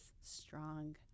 strong